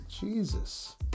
Jesus